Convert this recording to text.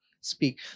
speak